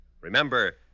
Remember